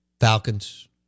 Falcons